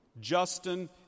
Justin